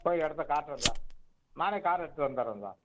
போய் இடத்தக் காட்டுறேன் சார் நானே கார் எடுத்துகிட்டு வந்துட்றேன் சார்